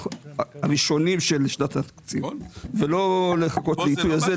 הראשונים של שנת התקציב ולא לחכות לעיתוי הזה.